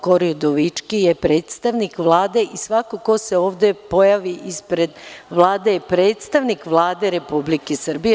Kori Udovički je predstavnik Vlade i svako ko se ovde pojavi ispred Vlade je predstavnik Vlade Republike Srbije.